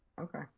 Okay